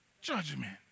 judgment